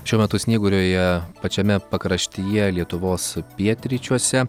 šiuo metu snyguriuoja pačiame pakraštyje lietuvos pietryčiuose